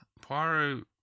Poirot